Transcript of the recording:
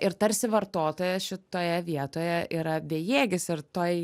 ir tarsi vartotojas šitoje vietoje yra bejėgis ir toj